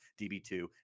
DB2